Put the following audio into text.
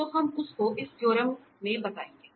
तो हम उसको इस थ्योरम में बताएँगे